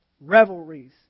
revelries